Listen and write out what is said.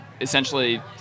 Essentially